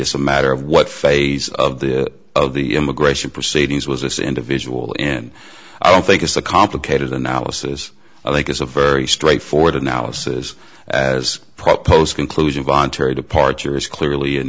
it's a matter of what phase of the of the immigration proceedings was this individual in i don't think it's a complicated analysis i think it's a very straightforward analysis as proposed conclusion voluntary departure is clearly an